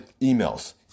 emails